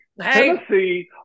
Tennessee